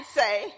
say